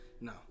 no